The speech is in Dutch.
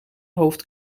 hoofd